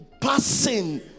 passing